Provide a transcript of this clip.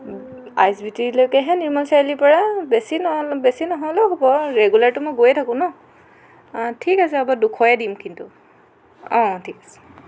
আই S B টিলৈকেহে নিৰ্মল চাৰিআলি পৰা বেছি ন বেছি নহলেও হ'ব ৰেগুলাৰতো মই গৈয়ে থাকো ন ঠিক আছে হ'ব দুশয়ে দিম কিন্তু অ' ঠিক আছে